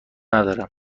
ندارم